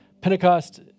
Pentecost